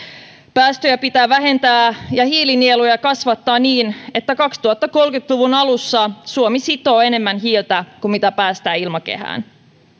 päästöjä pitää vähentää ja hiilinieluja kasvattaa niin että kaksituhattakolmekymmentä luvun alussa suomi sitoo enemmän hiiltä kuin mitä päästää ilmakehään